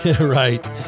Right